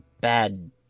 bad